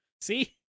See